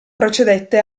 procedette